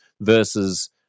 versus